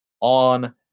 on